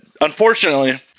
Unfortunately